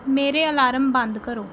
ਮੇਰੇ ਅਲਾਰਮ ਬੰਦ ਕਰੋ